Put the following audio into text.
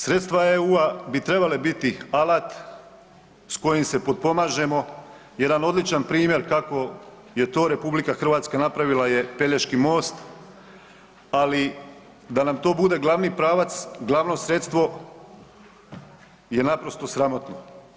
Sredstva EU-a bi trebala biti alat s kojim se potpomažemo, jedan odličan primjer kako je to RH napravila Pelješki most, ali da nam to bude glavni pravac, glavno sredstvo je naprosto sramotno.